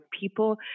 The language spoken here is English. people